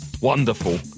wonderful